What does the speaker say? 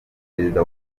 perezida